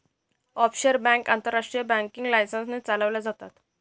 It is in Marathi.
ऑफशोर बँक आंतरराष्ट्रीय बँकिंग लायसन्स ने चालवल्या जातात